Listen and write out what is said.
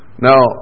Now